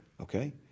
okay